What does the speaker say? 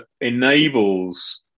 enables